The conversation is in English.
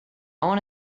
want